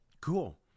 Cool